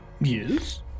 Yes